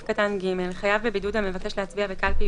"(ג)חייב בבידוד המבקש להצביע בקלפי